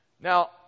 now